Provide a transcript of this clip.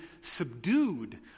subdued